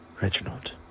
Reginald